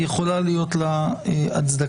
יכולה להיות לה הצדקה.